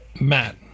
Matt